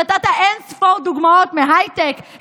נתת אין-ספור דוגמאות מהייטק,